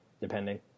depending